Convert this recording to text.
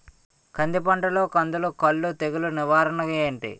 కంది పంటలో కందము కుల్లు తెగులు నివారణ ఏంటి?